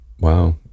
Wow